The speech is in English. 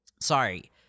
sorry